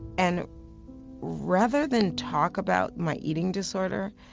and rather than talk about my eating disorder,